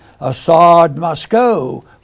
Assad-Moscow